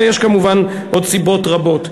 ויש כמובן עוד סיבות רבות.